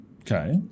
Okay